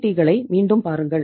tea களை மீண்டும் பாருங்கள்